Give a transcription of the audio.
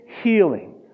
healing